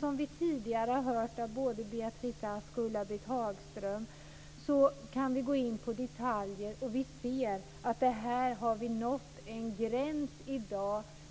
Som vi tidigare har hört av både Beatrice Ask och Ulla-Britt Hagström kan vi gå in på detaljer och se att vi har nått en gräns